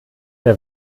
der